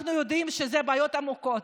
אנחנו יודעים שאלו בעיות עמוקות,